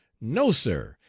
no, sir!